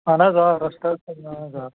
اہن حظ آ اہن حظ آ